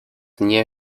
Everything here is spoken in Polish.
nie